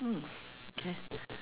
mm okay